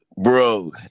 Bro